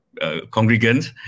congregants